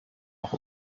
auch